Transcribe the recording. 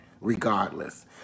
regardless